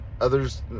others